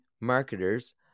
marketers